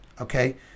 okay